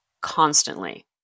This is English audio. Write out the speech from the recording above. constantly